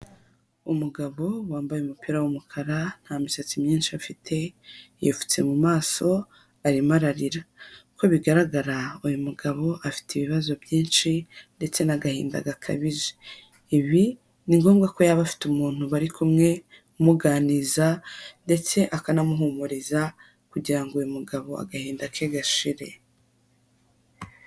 Umugabo wambaye umupira w'umukara, nta misatsi myinshi afite, yipfutse mu maso, arimo ararira. Uko bigaragara uyu mugabo afite ibibazo byinshi ndetse n'agahinda gakabije. Ibi ni ngombwa ko yaba afite umuntu bari kumwe, umuganiza, ndetse akanamuhumuriza, kugira ngo uyu mugabo agahinda ke gashire.